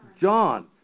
John